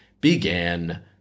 began